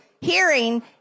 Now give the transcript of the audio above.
hearing